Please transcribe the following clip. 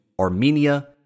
Armenia